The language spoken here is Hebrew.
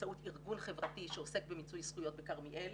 באמצעות ארגון חברתי שעוסק במיצוי זכויות, כרמיאל,